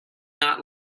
not